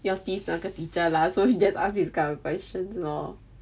要 tease 那个 teacher lah so he just ask this kind of questions lor